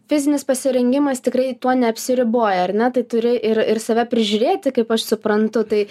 fizinis pasirengimas tikrai tuo neapsiriboja ar ne tai turi ir ir save prižiūrėti kaip aš suprantu tai